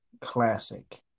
Classic